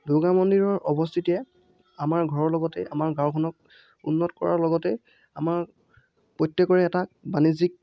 দূৰ্গা মন্দিৰৰ অৱস্থিতিয়ে আমাৰ ঘৰৰ লগতে আমাৰ গাঁওখনক উন্নত কৰাৰ লগতে আমাৰ প্ৰত্যেকৰে এটা বাণিজ্যিক